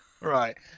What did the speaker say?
right